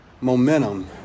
momentum